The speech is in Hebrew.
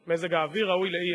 מזג האוויר ראוי לאי-אמון.